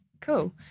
Cool